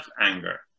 anger